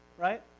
right?